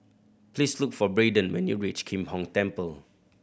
please look for Braiden when you reach Kim Hong Temple